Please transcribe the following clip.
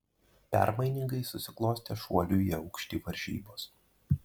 permainingai susiklostė šuolių į aukštį varžybos